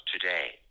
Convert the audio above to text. today